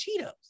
Cheetos